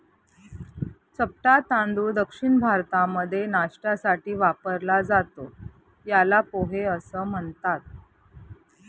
चपटा तांदूळ दक्षिण भारतामध्ये नाष्ट्यासाठी वापरला जातो, याला पोहे असं म्हणतात